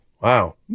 Wow